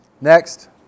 Next